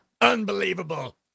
Unbelievable